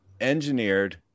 engineered